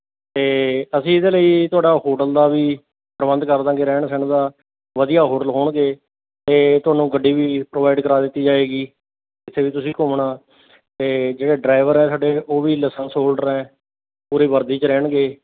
ਅਤੇ ਅਸੀਂ ਇਹਦੇ ਲਈ ਤੁਹਾਡਾ ਹੋਟਲ ਦਾ ਵੀ ਪ੍ਰਬੰਧ ਕਰ ਦੇਵਾਂਗੇ ਰਹਿਣ ਸਹਿਣ ਦਾ ਵਧੀਆ ਹੋਟਲ ਹੋਣਗੇ ਅਤੇ ਤੁਹਾਨੂੰ ਗੱਡੀ ਵੀ ਪ੍ਰੋਵਾਈਡ ਕਰਾ ਦਿੱਤੀ ਜਾਵੇਗੀ ਜਿੱਥੇ ਵੀ ਤੁਸੀਂ ਘੁੰਮਣਾ ਅਤੇ ਜਿਹੜਾ ਡਰਾਈਵਰ ਹੈ ਸਾਡੇ ਉਹ ਵੀ ਲਾਇਸੈਂਸ ਹੋਲਡਰ ਹੈ ਪੂਰੀ ਵਰਦੀ 'ਚ ਰਹਿਣਗੇ